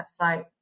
website